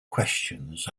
questions